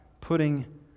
putting